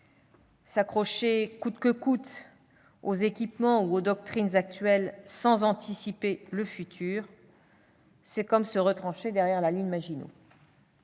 S'accrocher coûte que coûte aux équipements ou aux doctrines actuels sans anticiper le futur, c'est comme se retrancher derrière la ligne Maginot.